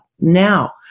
Now